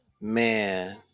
Man